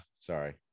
sorry